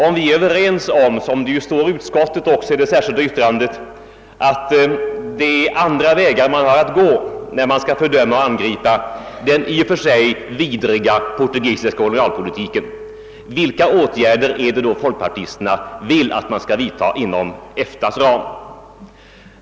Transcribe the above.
Om vi är överens om det som står i utskottsutlåtandet, nämligen att det är andra vägar man har att gå när man skall fördöma och angripa den i och för sig vidriga portugisiska kolonialpolitiken, så frågar jag: Vilka åtgärder är det då folkpartiet anser att vi skall vidta inom ramen för EFTA-konventionen?